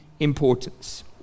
importance